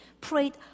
prayed